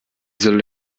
soll